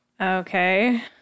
Okay